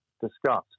discussed